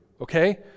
okay